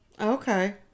Okay